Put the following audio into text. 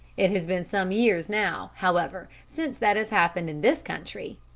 it has been some years now, however, since that has happened in this country.